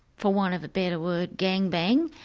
for want of a better word, gang bang.